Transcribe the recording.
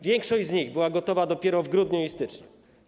Większość z nich była gotowa dopiero w grudniu i styczniu.